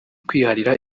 kwiharira